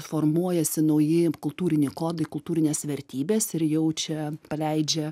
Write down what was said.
formuojasi nauji kultūriniai kodai kultūrinės vertybes ir jaučia paleidžia